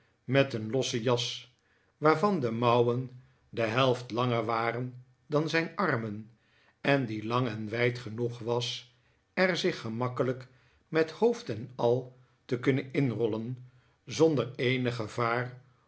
met een losse jas waarvan de mouwen de helft langer waren dan zijn armen en die lang en wijd genoeg was er zich gemakkelijk met hoofd en al te kunnen inrollen zonder eenig gevaar